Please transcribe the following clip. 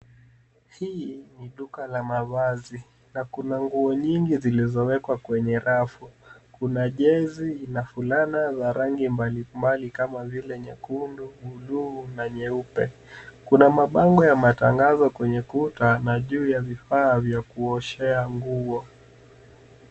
Hii ni duka la mavazi na kuna nguo nyingi zilizowekwa kwenye rafu. Kuna jezi na fulana ya rangi mbali mbali kama vile nyekundu, buluu na nyeupe. Kuna mabango ya matangazo kwenye kuta na juu ya vifaa vya kuoshea nguo.